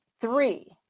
three